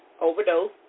overdose